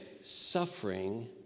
suffering